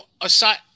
Aside